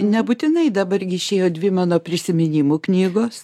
nebūtinai dabar gi išėjo dvi mano prisiminimų knygos